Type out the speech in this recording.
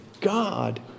God